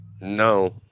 No